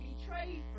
Betrayed